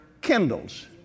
kindles